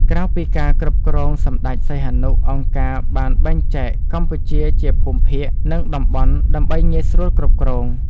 ក្រៅពីការគ្រប់គ្រងសម្តេចសីហនុ អង្គការបានបែងចែកកម្ពុជាជាភូមិភាគ និងតំបន់ដើម្បីងាយស្រួលគ្រប់គ្រង។